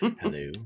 Hello